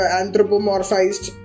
anthropomorphized